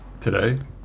Today